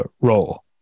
role